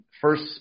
first –